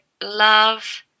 love